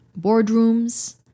boardrooms